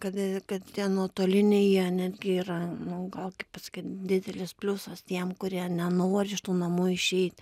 kad kad tie nuotoliniai jie netgi yra nu gal kaip pasakyt didelis pliusas tiem kurie nenori iš tų namų išeiti